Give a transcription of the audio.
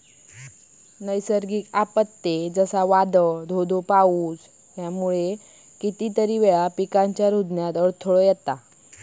नैसर्गिक आपत्ते, जसा वादाळ, धो धो पाऊस ह्याना कितीतरी वेळा पिकांच्या रूजण्यात अडथळो येता